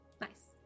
nice